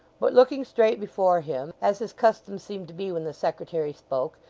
but looking straight before him, as his custom seemed to be when the secretary spoke,